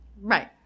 right